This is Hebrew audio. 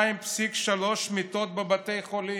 2.3 מיטות בבתי חולים,